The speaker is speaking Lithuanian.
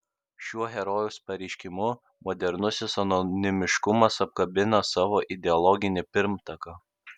šiuo herojaus pareiškimu modernusis anonimiškumas apkabina savo ideologinį pirmtaką